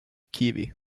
kiwi